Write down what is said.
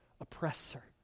oppressor